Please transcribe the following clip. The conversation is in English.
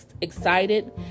excited